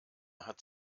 hat